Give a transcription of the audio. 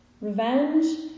Revenge